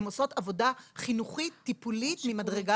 הן עושות עבודה חינוכית טיפולית ממדרגה